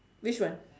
which one